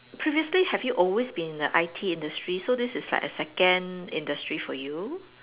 previously have you always been in the I_T industry so this is like a second industry for you